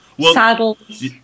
Saddles